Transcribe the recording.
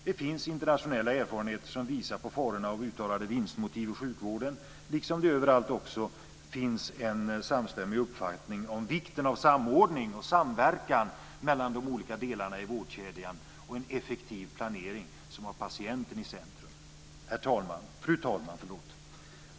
Det finns internationella erfarenheter som visar på farorna med uttalade vinstmotiv i sjukvården, liksom det överallt också finns en samstämmig uppfattning om vikten av samordning och samverkan mellan de olika delarna i vårdkedjan och en effektiv planering som har patienten i centrum. Fru talman!